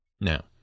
Now